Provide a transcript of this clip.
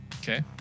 Okay